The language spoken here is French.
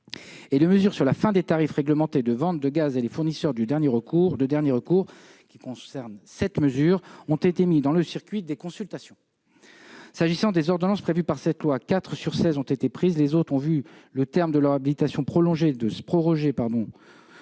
Les mesures sur la fin des tarifs réglementés de vente de gaz et les fournisseurs de dernier recours, qui concernent sept mesures, ont été mis dans le circuit des consultations. Sur les 16 ordonnances prévues par cette loi, 4 ont été prises, les autres ont vu le terme de leur habitation prorogé de quatre